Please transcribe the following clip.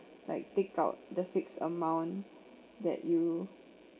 like take out the fixed amount that you